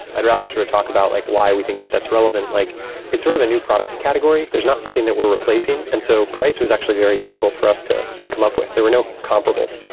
i'd rather sort of talk about like why we think that that's relevant. like it's sort of a new product category. there's not something that we're replacing. and so price was actually very difficult for us to to come up with. there were no comparables.